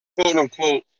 quote-unquote